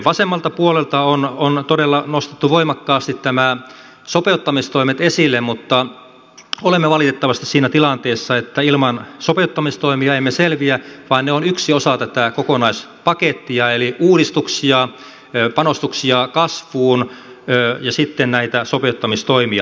vasemmalta puolelta on todella nostettu voimakkaasti nämä sopeuttamistoimet esille mutta olemme valitettavasti siinä tilanteessa että ilman sopeuttamistoimia emme selviä vaan ne ovat yksi osa tätä kokonaispakettia eli uudistuksia panostuksia kasvuun ja sitten näitä sopeuttamistoimia